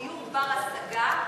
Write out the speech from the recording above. דיור בר-השגה,